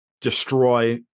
destroy